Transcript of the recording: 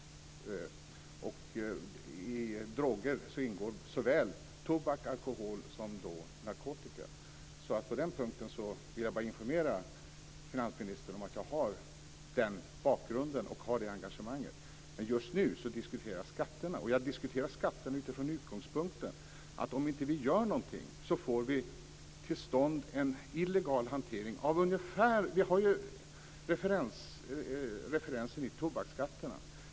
I droger ingår såväl tobak, alkohol som narkotika. På den punkten vill jag informera finansministern om bakgrunden och engagemanget. Just nu diskuterar vi skatterna, och jag diskuterar skatterna med utgångspunkten att om vi inte gör någonting kommer vi att få till stånd en illegal hantering. Det finns en referens i tobakskatterna.